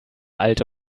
alte